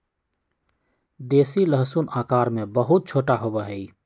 देसी लहसुन आकार में बहुत छोटा होबा हई